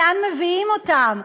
לאן מביאים אותם,